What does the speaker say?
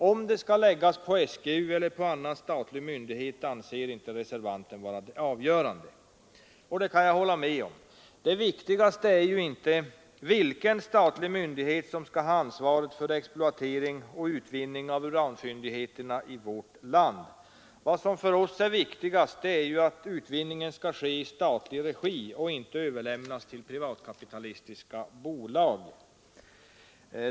Om det skall läggas på SGU eller annan statlig myndighet anser reservanten inte vara avgörande. Det kan jag hålla med om. Det viktigaste är ju inte vilken statlig myndighet som skall ha ansvaret för exploatering och utvinning av uranfyndigheterna i vårt land. Vad som för oss är viktigast är att utvinningen skall ske i statlig regi och inte överlämnas till privatkapitalistiska bolag.